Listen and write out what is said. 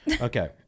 okay